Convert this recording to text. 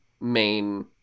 main